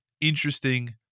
interesting